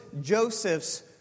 Joseph's